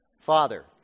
Father